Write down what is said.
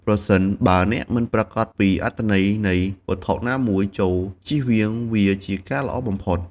ប្រសិនបើអ្នកមិនប្រាកដពីអត្ថន័យនៃវត្ថុណាមួយ ចូរជៀសវាងវាជាការល្អបំផុត។